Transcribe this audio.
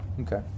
Okay